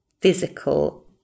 physical